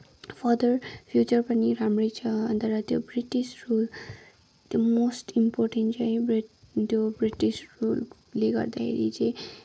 further future पनि राम्रै छ अनि त्यहाँबाट त्यो ब्रिटिस रुल त्यो मोस्ट इम्पोर्टेन्ट चाहिँ है त्यो ब्रिटिस रुलले गर्दाखेरि चाहिँ